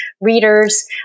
readers